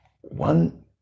one